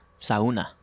sauna